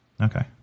Okay